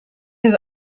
his